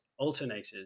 alternators